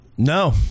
no